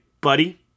buddy